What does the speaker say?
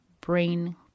brain